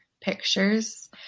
pictures